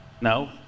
No